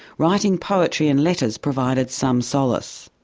writing poetry and letters provided some solace.